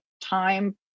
time